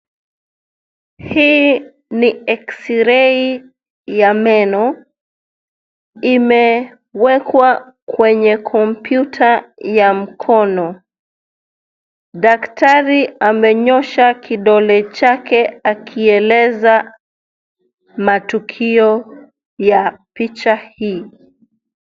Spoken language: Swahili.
Hii ni X-ray ya meno, imewekwa kwenye kompyuta ya mkono, daktari amenyosha kidole chake aki eleza matukio ya picha hii.